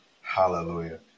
Hallelujah